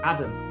Adam